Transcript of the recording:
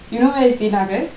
you know where is t nagar